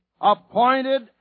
appointed